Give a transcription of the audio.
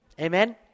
Amen